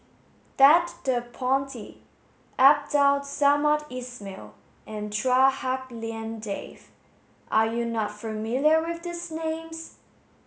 Ted De Ponti Abdul Samad Ismail and Chua Hak Lien Dave are you not familiar with these names